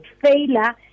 failure